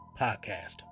Podcast